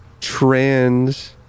trans